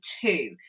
two